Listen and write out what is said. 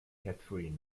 catherine